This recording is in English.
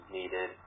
needed